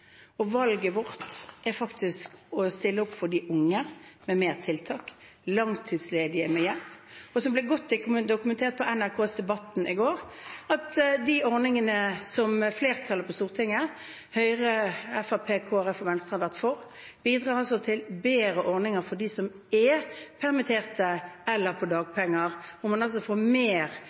Og valget vårt er faktisk å stille opp for de unge med mer tiltak og for langtidsledige med hjelp. Det ble godt dokumentert på NRKs Debatten i går at de ordningene som flertallet på Stortinget – Høyre, Fremskrittspartiet, Kristelig Folkeparti og Venstre – har vært for, bidrar til bedre ordninger for dem som er permittert eller på dagpenger, når man altså får mer